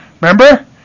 Remember